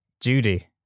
Judy